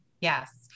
Yes